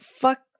fuck